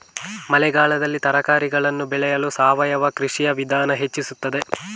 ಮಳೆಗಾಲದಲ್ಲಿ ತರಕಾರಿಗಳನ್ನು ಬೆಳೆಯಲು ಸಾವಯವ ಕೃಷಿಯ ವಿಧಾನ ಹೆಚ್ಚಿಸುತ್ತದೆ?